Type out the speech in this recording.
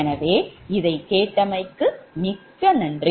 எனவே இதைக் கேட்டமைக்கு மிக்க நன்றி